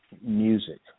music